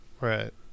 right